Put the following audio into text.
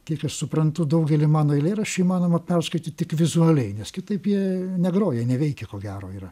kiek aš suprantu daugelį mano eilėraščių įmanoma perskaityt tik vizualiai nes kitaip jie negroja neveikia ko gero yra